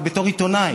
בתור עיתונאי,